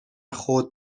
خود